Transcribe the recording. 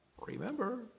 remember